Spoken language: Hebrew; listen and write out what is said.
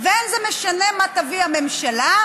ולא משנה מה תביא הממשלה,